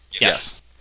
Yes